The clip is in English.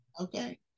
Okay